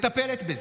מטפלת בזה.